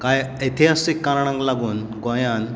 कांय एतिहासिक कारणांक लागून गोंयांत